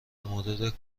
مورد